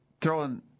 throwing